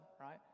right